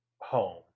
home